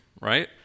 right